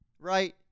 Right